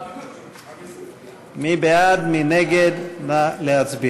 את הצעת חוק להסדר